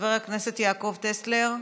חבר הכנסת יעקב טסלר,